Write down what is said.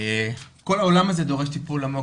כל העולם הזה דורש טיפול עמוק.